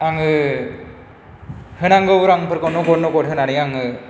आङो होनांगौ रांफोरखौ नगद नगद होनाङै आङो